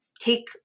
take